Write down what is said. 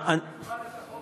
נלמד את החוק